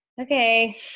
okay